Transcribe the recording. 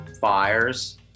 fires